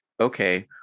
okay